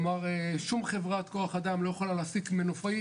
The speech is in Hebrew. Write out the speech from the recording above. שום חברת כוח אדם לא יכולה להעסיק מנופאי